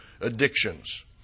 addictions